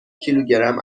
کیلوگرم